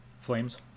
flames